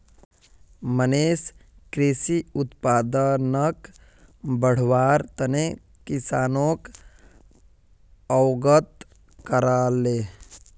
मनीष कृषि उत्पादनक बढ़व्वार तने किसानोक अवगत कराले